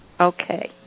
Okay